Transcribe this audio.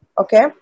Okay